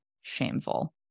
Shameful